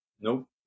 Nope